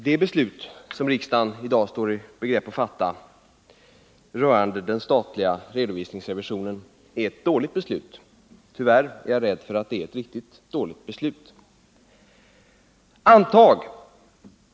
Herr talman! Det beslut som riksdagen i dag står i begrepp att fatta rörande den statliga redovisningsrevisionen blir dåligt — ja, jag är rädd för att det tyvärr blir ett riktigt dåligt beslut.